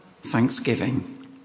thanksgiving